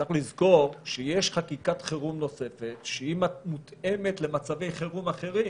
צריך לזכור שיש חקיקת חירום נוספת שמותאמת למצבי חירום אחרים.